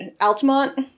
Altamont